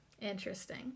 Interesting